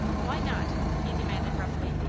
why not? he demanded, roughly.